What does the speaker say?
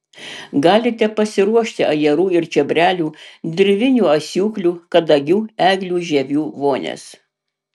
galite pasiruošti ajerų ir čiobrelių dirvinių asiūklių kadagių eglių žievių vonias